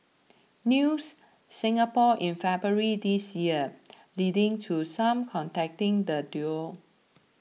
News Singapore in February this year leading to some contacting the duo